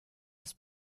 des